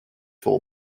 for